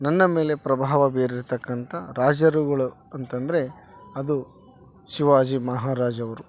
ನನ್ನ ಮೇಲೆ ಪ್ರಭಾವ ಬೀರಿರ್ತಕ್ಕಂಥ ರಾಜರುಗಳು ಅಂತಂದರೆ ಅದು ಶಿವಾಜಿ ಮಹಾರಾಜ ಅವರು